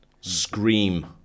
Scream